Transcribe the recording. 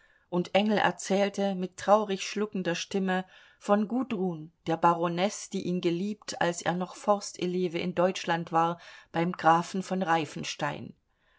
und engel erzählte mit traurig schluckender stimme von gudrun der baronesse die ihn geliebt als er noch forsteleve in deutschland war beim grafen von